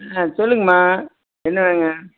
ஆ சொல்லுங்கம்மா என்ன வேணுங்க